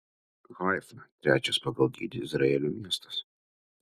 haifa trečias pagal dydį izraelio miestas